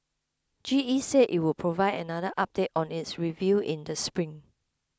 G E said it will provide another update on its review in the spring